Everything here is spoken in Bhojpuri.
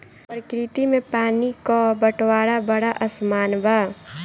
प्रकृति में पानी क बंटवारा बड़ा असमान बा